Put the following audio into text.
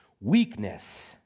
weakness